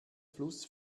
fluss